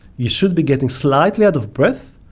you should be getting slightly out of breath.